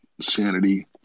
sanity